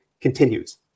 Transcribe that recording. continues